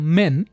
men